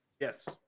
Yes